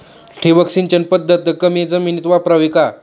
ठिबक सिंचन पद्धत कमी जमिनीत वापरावी का?